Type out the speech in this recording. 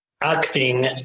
acting